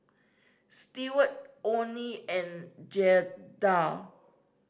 Stewart Oney and Jaeda